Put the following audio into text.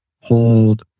hold